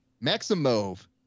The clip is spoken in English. Maximov